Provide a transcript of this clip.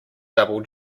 double